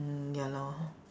mm ya lor